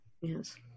Yes